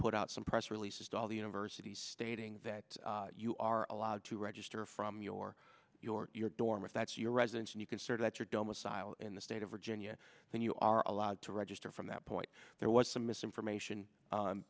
put out some press releases to all the universities stating that you are allowed to register from your your your dorm if that's your residence and you can sort out your domicile in the state of virginia and you are allowed to register from that point there was some misinformation